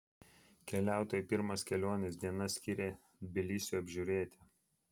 keliautojai pirmas kelionės dienas skyrė tbilisiui apžiūrėti